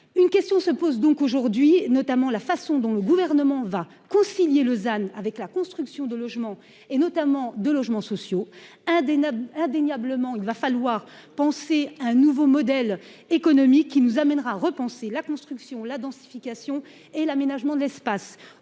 Une question se pose donc aujourd'hui notamment la façon dont le gouvernement va concilier Lausanne avec la construction de logements et notamment de logements sociaux hein des. Indéniablement, il va falloir penser un nouveau modèle économique qui nous amènera repenser la construction la densification et l'aménagement de l'espace.